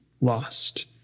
lost